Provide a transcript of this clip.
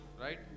Right